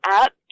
up